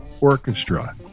orchestra